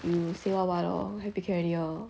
you say what what lor happy can already lor